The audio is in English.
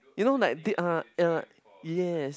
you know like they uh uh yes